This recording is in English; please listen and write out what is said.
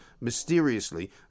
mysteriously